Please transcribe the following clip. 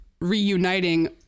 reuniting